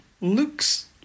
looks